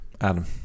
Adam